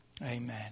amen